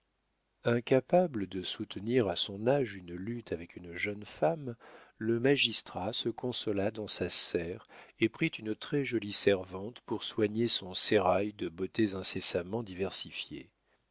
incapable de soutenir à son âge une lutte avec une jeune femme le magistrat se consola dans sa serre et prit une très-jolie servante pour soigner son sérail de beautés incessamment diversifiées